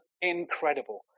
incredible